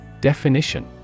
Definition